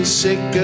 sick